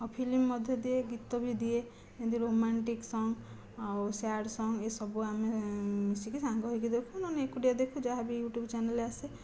ଆଉ ଫିଲ୍ମ ମଧ୍ୟ ଦିଏ ଗୀତ ବି ଦିଏ ଏମିତି ରୋମାଣ୍ଟିକ୍ ସଙ୍ଗ୍ ଆଉ ସ୍ୟାଡ଼୍ ସଙ୍ଗ୍ ଏସବୁ ଆମେ ମିଶିକି ସାଙ୍ଗ ହୋଇକି ଦେଖୁ ନହେଲେ ଏକୁଟିଆ ଦେଖୁ ଯାହାବି ୟୁଟ୍ୟୁବ ଚ୍ୟାନେଲ ଆସେ